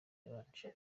yabanje